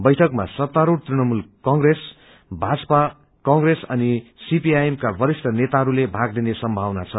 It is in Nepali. बैठकमा सत्तारूढ तृणमूल कंग्रेस भाजपा कंग्रेस अनि सीपीआईएम का वरिष्ठ नेताहरूले भाग लिने सम्मावना छ